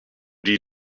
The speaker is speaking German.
die